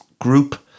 Group